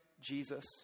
Jesus